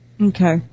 Okay